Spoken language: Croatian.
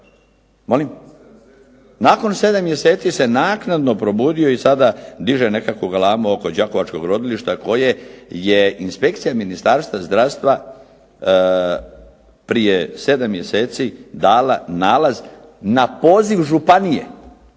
Đakova, nakon 7 mjeseci se naknadno probudio i sada diže nekakvu galamu oko đakovačkog rodilišta koje je inspekcija Ministarstva zdravstva prije 7 mjeseci dala nalaz na poziv županije,